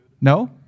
No